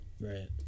Right